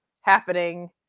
happening